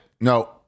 No